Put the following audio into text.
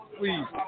please